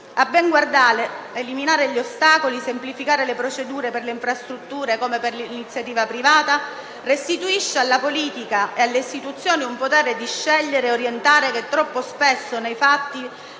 A ben guardare, eliminare gli ostacoli e semplificare le procedure per le infrastrutture, come per l'iniziativa privata, restituisce alla politica e alle istituzioni un potere di scegliere e orientare che troppo spesso, nei fatti,